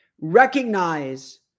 Recognize